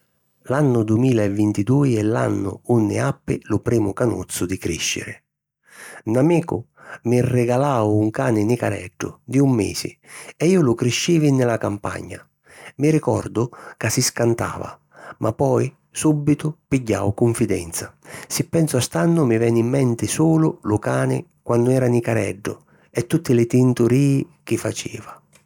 L'annu dumila e vintidui è l'annu unni appi lu primu canuzzu di crìsciri. 'N amicu mi rigalau un cani nicareddu di un misi e iu lu criscivi nni la campagna. Mi ricordu ca si scantava ma poi sùbitu pigghiau cunfidenza. Si pensu a st'annu mi veni in menti sulu lu cani quannu era nicareddu e tutti li tinturìi chi faceva.